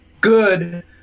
good